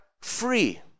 free